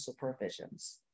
supervisions